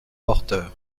porteur